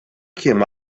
came